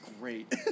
great